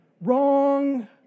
Wrong